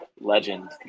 legend